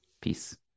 Peace